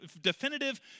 definitive